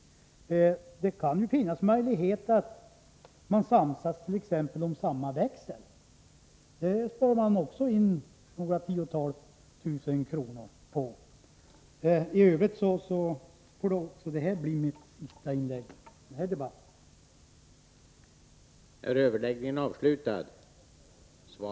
Det kan ju finnas möjlighet att samsas om exempelvis samma växel — det sparar man också in några tiotal tusen kronor på. I övrigt vill jag bara säga att det här får bli mitt sista inlägg i den här debatten.